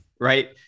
right